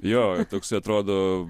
jo toks atrodo